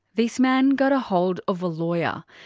this man got a hold of a lawyer.